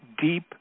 deep